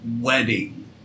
wedding